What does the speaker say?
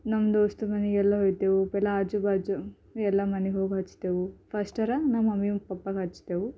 ನಮ್ಮದು ದೋಸ್ತು ಮನೆಗೆಲ್ಲ ಹೋಗ್ತೇವೆ ಪೈಲೆ ಆಜುಬಾಜು ಎಲ್ಲ ಮನೆಗೆ ಹೋಗಿ ಹಚ್ತೇವೆ ಫಸ್ಟರ ನಮ್ಮ ಮಮ್ಮಿ ಪಪ್ಪಾಗೆ ಹಚ್ತೇವೆ